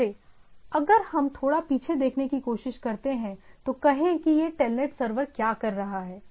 जैसे अगर हम थोड़ा पीछे देखने की कोशिश करते हैं तो कहें कि यह टेलनेट सर्वर क्या कर रहा है